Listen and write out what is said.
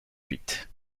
fuite